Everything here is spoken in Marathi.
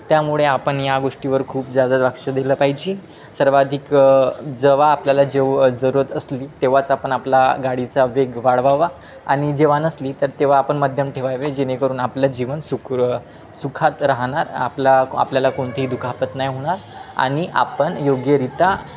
त्यामुळे आपण या गोष्टीवर खूप जास्त लक्ष दिलं पाहिजे सर्वाधिक जेव्हा आपल्याला जेव्हा जरूरत असली तेव्हाच आपण आपला गाडीचा वेग वाढवावा आणि जेव्हा नसली तर तेव्हा आपण मध्यम ठेवावे जेणेकरून आपलं जीवन सुखरू सुखात राहणार आपला आपल्याला कोणतीही दुखापत नाही होणार आणि आपण योग्यरीत्या